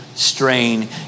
Strain